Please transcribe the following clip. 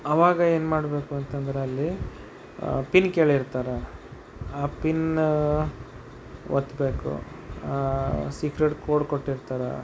ಆವಾಗ ಏನು ಮಾಡಬೇಕು ಅಂತಂದ್ರೆ ಅಲ್ಲಿ ಪಿನ್ ಕೇಳಿರ್ತಾರೆ ಆ ಪಿನ್ನ ಒತ್ತಬೇಕು ಸೀಕ್ರೆಟ್ ಕೋಡ್ ಕೊಟ್ಟಿರ್ತಾರೆ